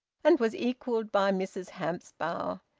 and was equalled by mrs hamps's bow.